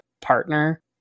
partner